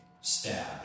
stab